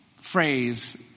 phrase